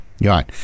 Right